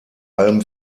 allem